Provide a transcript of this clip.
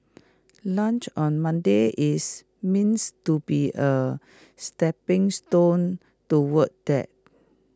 lunch on Monday is meant to be A stepping stone toward that